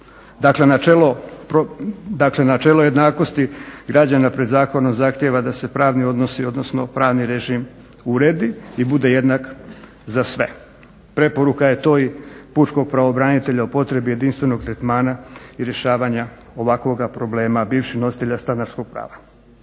Dakle načelo jednakosti građana pred zakonom zahtjeva da se pravni odnosi odnosno pravni režim uredi i bude jednak za sve. Preporuka je to i pučkog pravobranitelja o potrebi jedinstvenog tretmana i rješavanja ovakvoga problema bivših nositelja stanarskog prava.